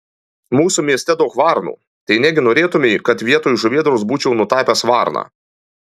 mūsų mieste daug varnų tai negi norėtumei kad vietoj žuvėdros būčiau nutapęs varną